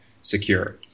secure